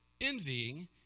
envying